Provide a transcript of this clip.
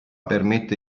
permette